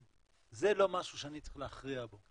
זה לא משהו שאני צריך להכריע בו.